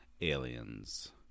Aliens